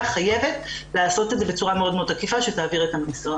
חייבת לעשות את זה בצורה מאוד מאוד תקיפה שתעביר את המסר.